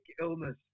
illness